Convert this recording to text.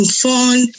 fun